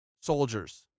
soldiers